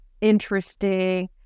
interesting